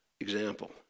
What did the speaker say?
example